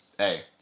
Hey